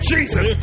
Jesus